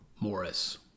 Morris